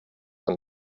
and